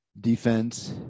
defense